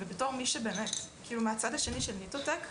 ובתור מי שבאמת מהצד השני של "ניטו טק",